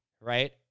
right